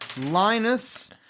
Linus